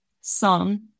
son